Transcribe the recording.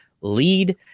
lead